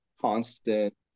constant